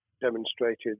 demonstrated